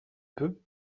peu